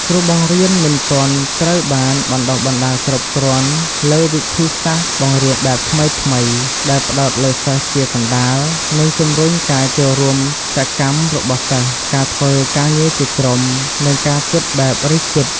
គ្រូបង្រៀនមិនទាន់ត្រូវបានបណ្តុះបណ្តាលគ្រប់គ្រាន់លើវិធីសាស្ត្របង្រៀនបែបថ្មីៗ ដែលផ្តោតលើសិស្សជាកណ្តាល និងជំរុញការចូលរួមសកម្មរបស់សិស្ស ការធ្វើការងារជាក្រុម និងការគិតបែបរិះគិត។